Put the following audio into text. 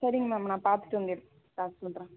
சரிங்க மேம் நான் பார்த்துட்டு வந்து எடுத்து பார்த்து சொல்கிறேன்